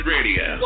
Radio